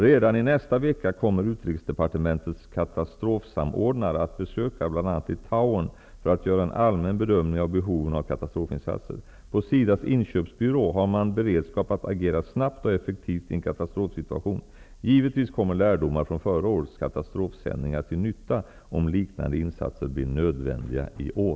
Redan i nästa vecka kommer Utrikesdepartementets katastrofsamordnare att besöka bl.a. Litauen för att göra en allmän bedömning av behoven av katastrofinsatser. På SIDA:s inköpsbyrå har man beredskap att agera snabbt och effektivt i en katastrofsituation. Givetvis kommer lärdomar från förra årets katastrofsändningar till nytta om liknande insatser blir nödvändiga i år.